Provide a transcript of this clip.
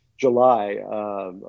July